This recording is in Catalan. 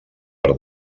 per